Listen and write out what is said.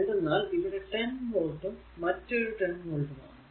എന്തെന്നാൽ ഇവിടെ 10 വോൾട്ടും മറ്റൊരു 10 വോൾട്ടുമാണ്